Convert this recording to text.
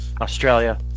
Australia